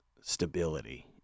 stability